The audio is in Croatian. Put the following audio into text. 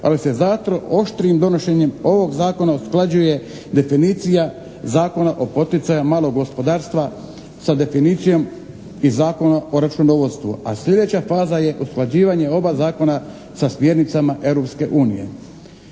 ali se zato oštrijim donošenjem ovog zakona usklađuje definicija Zakona o poticaju malog gospodarstva sa definicijom iz Zakona o računovodstvu. A sljedeća faza je usklađivanje oba zakona sa smjernicama